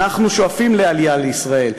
אנחנו שואפים לעלייה לישראל,